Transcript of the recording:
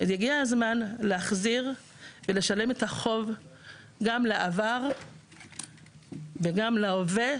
אז הגיע הזמן להחזיר ולשלם את החוב גם לעבר וגם להווה